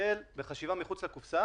להסתכל בחשיבה מחוץ לקופסה